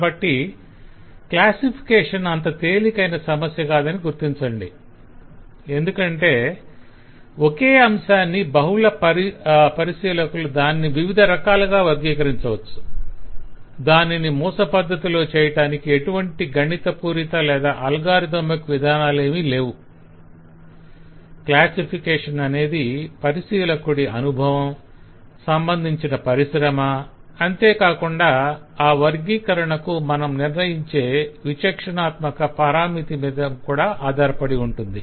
కాబట్టి క్లాసిఫికేషన్ అంత తేలికైన సమస్య కాదని గుర్తించండి ఎందుకంటే ఒకే అంశాన్ని బహుళ పరిశీలకులు దానిని వివిధ రకాలుగా వర్గీకరించవచ్చు దానిని మూస పద్ధతిలో చేయటానికి ఎటువంటి గణిత పూరిత లేదా అల్గోరిథమిక్ విధానాలేవి లేవు క్లాసిఫికేషన్ అనేది పరిశీలకుడి అనుభవం సంబంధించిన పరిశ్రమ అంతేకాకుండా ఆ వర్గీకరణకు మనం నిర్ణయించే విచక్షనాత్మక పరామితి మీద కూడా ఆధారపడి ఉంటుంది